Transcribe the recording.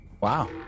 wow